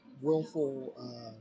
Willful